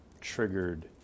triggered